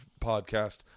podcast